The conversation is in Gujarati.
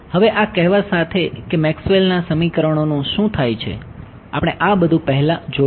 હવે આ કહેવા સાથે કે મેક્સવેલના સમીકરણોનું શું થાય છે આપણે આ બધું પહેલા જોયું છે